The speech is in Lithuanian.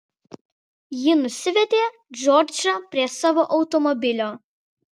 ji nusivedė džordžą prie savo automobilio